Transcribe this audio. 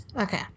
Okay